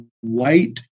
white